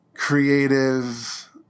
creative